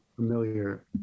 familiar